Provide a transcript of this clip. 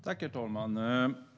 Herr talman!